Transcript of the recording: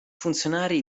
funzionari